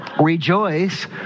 rejoice